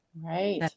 Right